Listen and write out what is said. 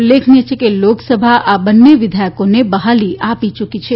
ઉલ્લેખનીય છે કે લોકસભા આ બંને વિઘેયકોને બહાલી આપી યુકી છે